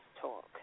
talk